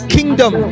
Kingdom